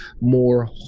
more